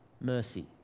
mercy